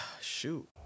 shoot